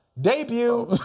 debut